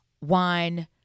wine